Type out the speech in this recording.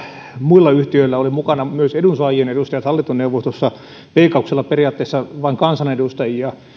muilla yhtiöillä oli mukana myös edunsaajien edustajat hallintoneuvostossa veikkauksella periaatteessa vain kansanedustajia